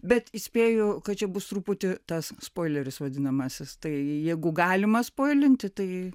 bet įspėju kad čia bus truputį tas spoileris vadinamasis tai jeigu galima spoilinti tai